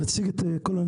נכון, אנחנו מכירים את זה.